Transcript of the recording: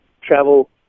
travel